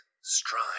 Strive